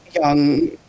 young